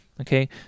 Okay